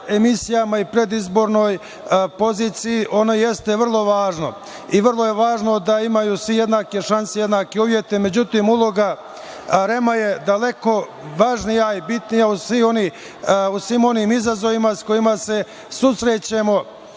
emisijama i predizbornoj poziciji. Ono je vrlo važno i važno je da svi imaju jednake šanse, jednake uslove. Međutim, uloga REM-a je daleko važnija i bitnija u svim onim izazovima sa kojima se susrećemo